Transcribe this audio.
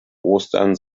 ostern